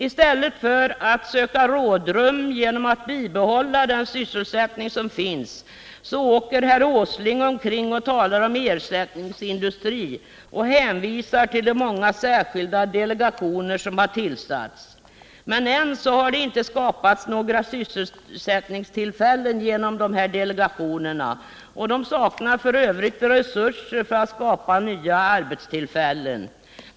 I stället för att söka rådrum genom att bibehålla den sysselsättning som finns åker herr Åsling omkring och talar om ersättningsindustri och hänvisar till de många särskilda delegationer som tillsatts. Men än har inte skapats några sysselsättningstillfällen genom de här delegationerna. De saknar f. ö. resurser för att skapa nya arbetstillfällen.